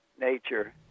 nature